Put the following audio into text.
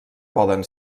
poden